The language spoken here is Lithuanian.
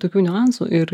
tokių niuansų ir